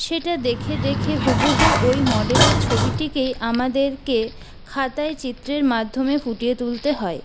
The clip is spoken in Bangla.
সেটা দেখে দেখে হুবহু ওই মডেলের ছবিটিকে আমাদেরকে খাতায় চিত্রের মাধ্যমে ফুটিয়ে তুলতে হয়